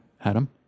adam